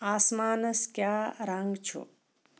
آسمانَس کیٛاہ رنٛگ چھُ